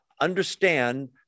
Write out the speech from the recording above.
understand